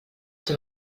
els